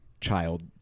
child